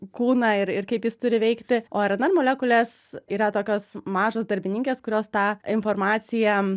kūną ir ir kaip jis turi veikti o rnr molekulės yra tokios mažos darbininkės kurios tą informaciją